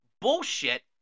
bullshit